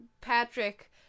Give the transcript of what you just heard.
Patrick